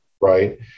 Right